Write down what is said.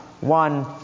one